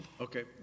Okay